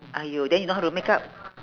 !aiyo! then you know how to makeup